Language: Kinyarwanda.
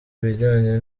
ibijyanye